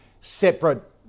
separate